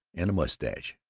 and a mustache.